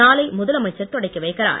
நாளை முதலமைச்சர் தொடக்கிவைக்கிறார்